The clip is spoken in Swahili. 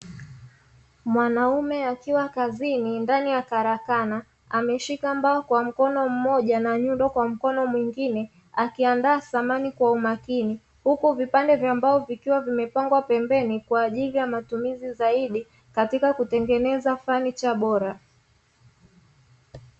Mwanaume akiwa kazini ndani ya karakana, ameshika mbao kwa mkono mmoja na nyundo kwa mkono mwingine akiandaa samani kwa makini, huku vipande vya mbao vikiwa vimepangwa pembeni kwa ajili ya matumizi zaidi katika kutengeneza fanicha bora.